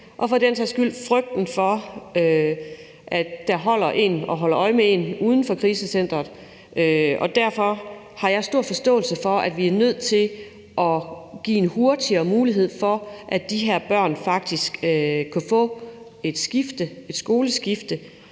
også lever med frygten for, at der står en og holder øje med en uden for krisecenteret. Derfor har jeg stor forståelse for, at vi er nødt til at give en mulighed for, at de her børn hurtigere kan få et skoleskift,